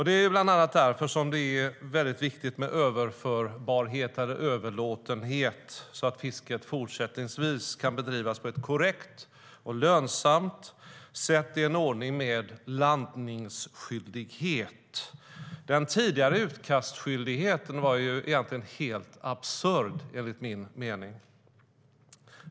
Det är bland annat därför det är viktigt med möjlighet att överlåta, så att fisket fortsättningsvis kan bedrivas på ett korrekt och lönsamt sätt i en ordning med landningsskyldighet. Den tidigare utkastskyldigheten var enligt min mening egentligen helt absurd.